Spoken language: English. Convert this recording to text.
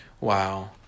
Wow